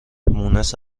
مونس